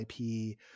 IP